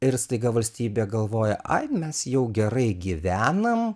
ir staiga valstybė galvoja ai mes jau gerai gyvenam